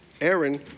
Aaron